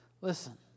Listen